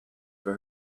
for